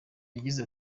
yagize